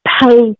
pay